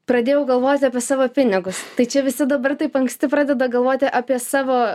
pradėjau galvoti apie savo pinigus tai čia visi dabar taip anksti pradeda galvoti apie savo